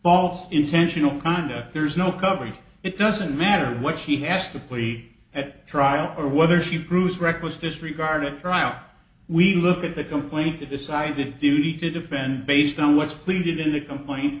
of intentional conduct there's no coverage it doesn't matter what she has to plea at trial or whether she proves reckless disregard a trial we look at the complaint to decide the duty to defend based on what's pleaded in the complain